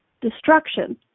destruction